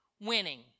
winning